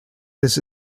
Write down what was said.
this